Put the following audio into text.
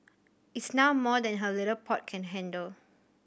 it's now more than her little pot can handle